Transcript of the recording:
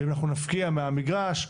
ואם אנחנו נפקיע מהמגרש,